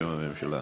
בשם הממשלה.